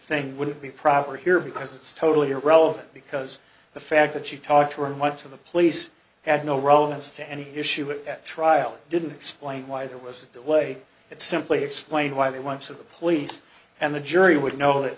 thing would be proper here because it's totally irrelevant because the fact that she talked to him went to the police had no relevance to any issue at trial didn't explain why that was the way it simply explained why they went to the police and the jury would know that